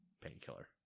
painkiller